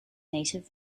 native